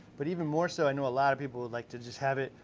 but even more so, i know a lot of people would like to just have it,